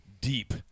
deep